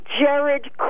Jared